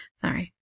sorry